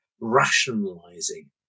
rationalizing